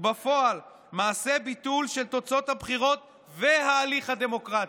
ובפועל זה מעשה ביטול של תוצאות הבחירות וההליך הדמוקרטי.